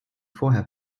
vorher